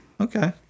okay